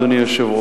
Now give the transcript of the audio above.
אדוני היושב-ראש,